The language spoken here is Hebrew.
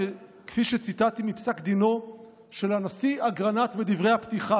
כפי שציטטתי מפסק דינו של הנשיא אגרנט בדברי הפתיחה,